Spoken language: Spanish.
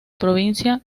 provincia